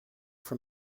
for